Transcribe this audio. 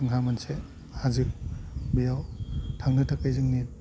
जोंहा मोनसे हाजो बेयाव थांनो थाखाय जोंनि